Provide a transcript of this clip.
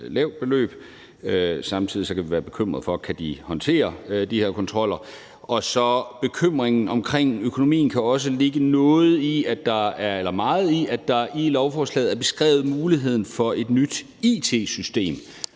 lavt beløb, samtidig kan vi være bekymret for, om de kan håndtere de her kontroller, dels kan bekymringen omkring økonomien også ligge meget i, at der i lovforslaget er beskrevet muligheden for et nyt it-system,